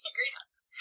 Greenhouses